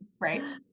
Right